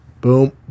Boom